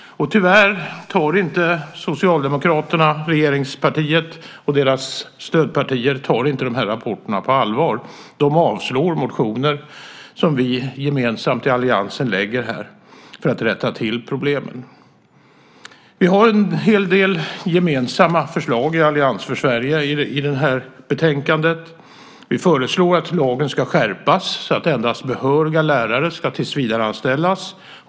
Tyvärr tar inte Socialdemokraterna, regeringspartiet, och deras stödpartier rapporterna på allvar. De avstyrker motioner som vi gemensamt i alliansen lägger fram för att rätta till problemen. Vi i Allians för Sverige har en hel del gemensamma förslag i det här betänkandet. Vi föreslår att lagen ska skärpas så att endast behöriga lärare ska tillsvidareanställas.